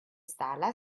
stala